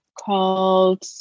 called